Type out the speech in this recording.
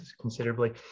considerably